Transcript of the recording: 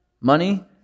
Money